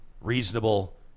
reasonable